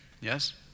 Yes